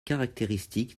caractéristique